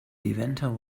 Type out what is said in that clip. levanter